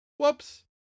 Whoops